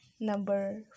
Number